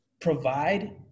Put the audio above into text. provide